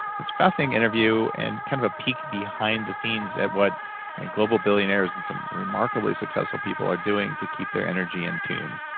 it's a fascinating interview and kind of a peek behind the scenes at what global billionaires and some remarkably successful people are doing to keep their energy in tune.